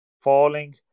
falling